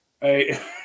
Hey